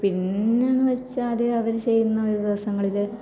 പിന്നെയെന്നു വെച്ചാലവർ ചെയ്യുന്നതൊഴിവു ദിവസങ്ങളിൽ